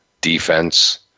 defense